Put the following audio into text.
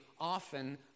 often